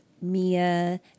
Mia